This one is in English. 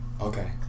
Okay